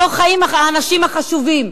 לא חיים האנשים החשובים.